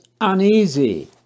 uneasy